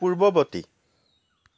পূৰ্ৱবৰ্তী